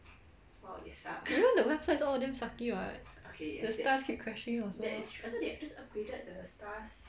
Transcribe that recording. even the website is all damn sucky [what] the stars keep crashing also